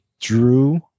Drew